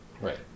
Right